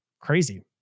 crazy